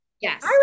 Yes